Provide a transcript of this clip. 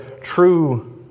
true